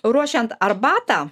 ruošiant arbatą